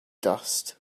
dust